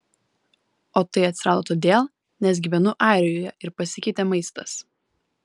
o tai atsirado todėl nes gyvenau airijoje ir pasikeitė maistas